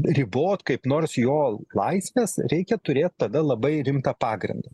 ribot kaip nors jo laisves reikia turėt tada labai rimtą pagrindą